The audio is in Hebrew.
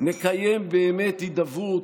נקיים באמת הידברות,